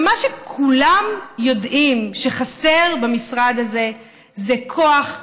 ומה שכולם יודעים שחסר במשרד הזה זה כוח אדם,